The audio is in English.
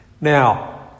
Now